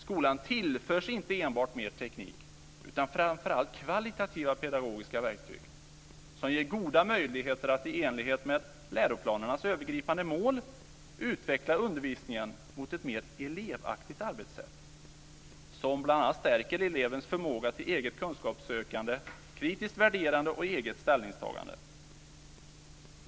Skolan tillförs inte enbart mer teknik, utan framför allt kvalitativa pedagogiska verktyg, som ger goda möjligheter att i enlighet med läroplanernas övergripande mål utveckla undervisningen mot ett mer elevaktivt arbetssätt som bl.a. stärker elevens förmåga till eget kunskapssökande, kritiskt värderande och eget ställningstagande.